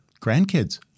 grandkids